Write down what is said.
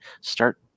start